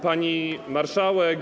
Pani Marszałek!